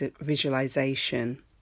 visualization